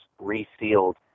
resealed